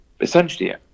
essentially